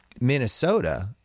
Minnesota